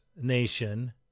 Nation